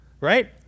Right